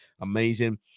amazing